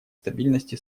стабильности